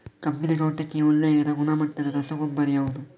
ಕಬ್ಬಿನ ತೋಟಕ್ಕೆ ಒಳ್ಳೆಯ ಗುಣಮಟ್ಟದ ರಸಗೊಬ್ಬರ ಯಾವುದು?